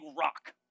rock